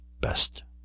best